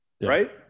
Right